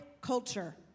culture